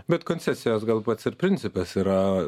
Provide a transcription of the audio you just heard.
bet koncesijos gal pats ir principas yra